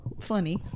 funny